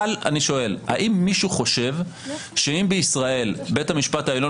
אבל אני שואל: אם בישראל בית המשפט העליון